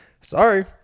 Sorry